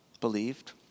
believed